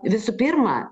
visų pirma